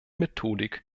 methodik